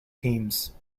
themes